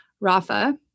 Rafa